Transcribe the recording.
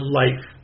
life